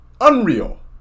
unreal